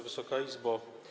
Wysoka Izbo!